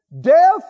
Death